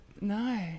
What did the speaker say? No